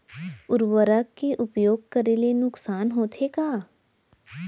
उर्वरक के उपयोग करे ले नुकसान होथे का?